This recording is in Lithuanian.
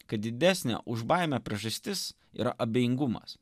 kad didesnė už baimę priežastis yra abejingumas